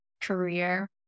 career